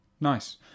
Nice